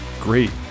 Great